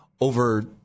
over